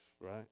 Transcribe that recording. right